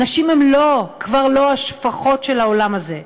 נשים הן כבר לא השפחות של העולם הזה.